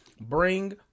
bring